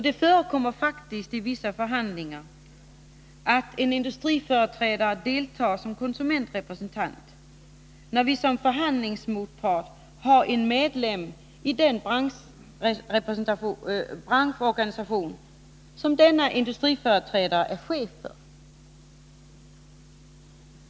Det förekommer faktiskt i vissa förhandlingar att en industriföreträdare deltar som konsumentrepresentant när vi som förhandlingsmotpart har en medlem i den branschorganisation som denne industriföreträdare är chef för.